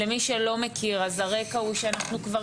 למי שלא מכיר אז הרקע הוא שאנחנו כבר